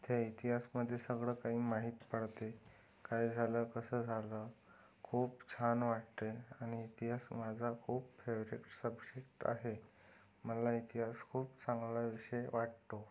ते इतिहासामध्ये सगळं काही माहिती पडते काय झालं कसं झालं खूप छान वाटते आणि इतिहास माझा खूप फेव्हरेट सब्जेक्ट आहे मला इतिहास खूप चांगला विषय वाटतो